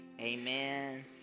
amen